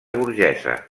burgesa